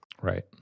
Right